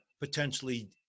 potentially